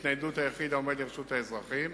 ההתניידות היחיד העומד לרשות האזרחים,